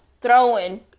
throwing